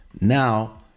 Now